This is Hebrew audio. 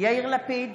יאיר לפיד,